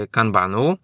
Kanbanu